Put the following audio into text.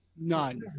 None